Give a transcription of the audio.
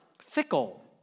fickle